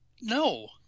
no